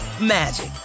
magic